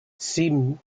seem